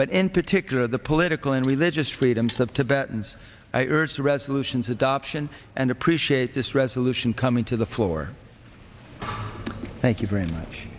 but in particular the political and religious freedoms of tibetans i urged resolutions adoption and appreciate this resolution coming to the floor thank you very much